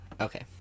Okay